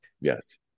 Yes